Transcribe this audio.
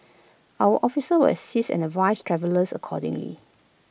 our officer will assist and advise travellers accordingly